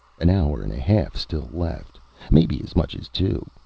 an hour and a half still left maybe as much as two.